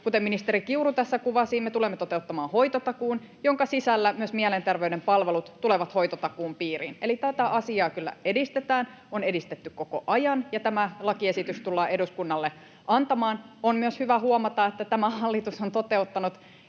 Kuten ministeri Kiuru tässä kuvasi, me tulemme toteuttamaan hoitotakuun, jonka sisällä myös mielenterveyden palvelut tulevat hoitotakuun piiriin. Eli tätä asiaa kyllä edistetään, on edistetty koko ajan, ja tämä lakiesitys tullaan eduskunnalle antamaan. On myös hyvä huomata, että tämä hallitus on toteuttanut